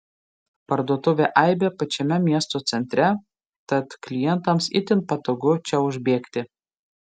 parduotuvė aibė pačiame miesto centre tad klientams itin patogu čia užbėgti